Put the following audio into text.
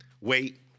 wait